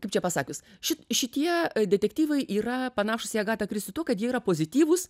kaip čia pasakius ši šitie detektyvai yra panašūs į agatą kristi tuo kad jie yra pozityvūs